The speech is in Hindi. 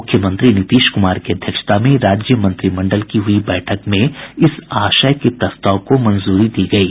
मुख्यमंत्री नीतीश कुमार की अध्यक्षता में राज्य मंत्रिमंडल की हुई बैठक में इस आशय के प्रस्ताव को मंजूरी दी गयी